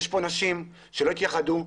יש כאן נשים שלא התייחדו,